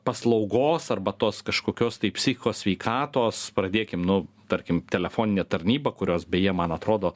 paslaugos arba tos kažkokios tai psichikos sveikatos pradėkim nu tarkim telefoninė tarnyba kurios beje man atrodo